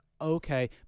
okay